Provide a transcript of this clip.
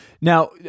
Now